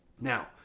Now